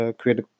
create